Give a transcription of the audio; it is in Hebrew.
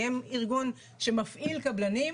כי הם ארגון שמפעיל קבלנים,